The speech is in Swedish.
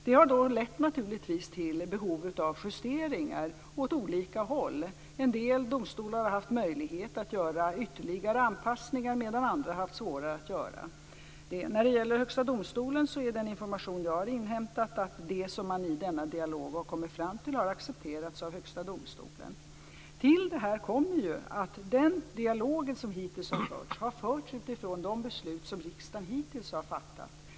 Det har naturligtvis lett till behovet av justeringar åt olika håll. En del domstolar har haft möjlighet att göra ytterligare anpassningar, medan andra har haft svårare att göra det. När det gäller Högsta domstolen är den information jag har inhämtat att det som man i denna dialog har kommit fram till har accepterats av Till detta kommer att den dialog som hittills har förts har förts utifrån de beslut som riksdagen hittills har fattat.